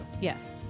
Yes